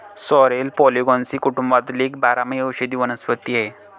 sorrel Polygonaceae कुटुंबातील एक बारमाही औषधी वनस्पती आहे